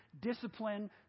discipline